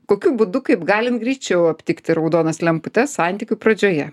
kokiu būdu kaip galim greičiau aptikti raudonas lemputes santykių pradžioje